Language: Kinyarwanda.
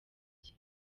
cye